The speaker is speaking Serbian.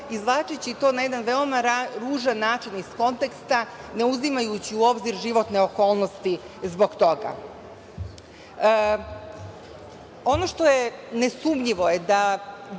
izvlačeći to na jedan veoma ružan način iz konteksta, ne uzimajući u obzir životne okolnosti zbog toga. Ono što je nesumnjivo je da